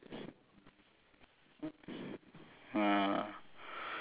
more than twelve